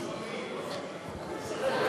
לא שומעים.